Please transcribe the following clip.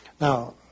Now